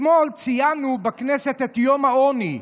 אתמול ציינו בכנסת את יום העוני.